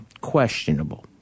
questionable